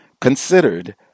considered